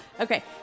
Okay